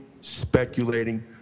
speculating